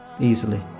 Easily